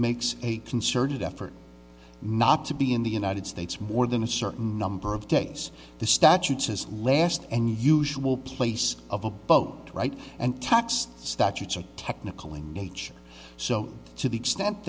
makes a concerted effort not to be in the united states more than a certain number of days the statute says last and usual place of abode right and tax statutes and technical in nature so to the extent